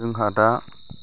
जोंहा दा